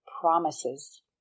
Promises